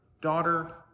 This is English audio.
Daughter